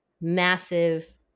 massive